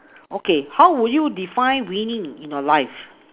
okay how will you define winning in your life